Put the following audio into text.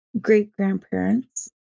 great-grandparents